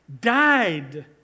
died